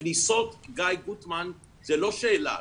כניסות, גיא גוטמן, זה לא שאלה.